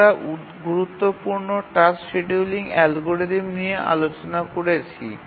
আমরা গুরুত্বপূর্ণ task scheduling অ্যালগরিদমগুলি নিয়েও আলোচনা করেছি